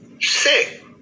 sick